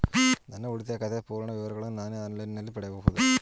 ನನ್ನ ಉಳಿತಾಯ ಖಾತೆಯ ಪೂರ್ಣ ವಿವರಗಳನ್ನು ನಾನು ಆನ್ಲೈನ್ ನಲ್ಲಿ ಪಡೆಯಬಹುದೇ?